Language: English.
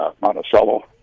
Monticello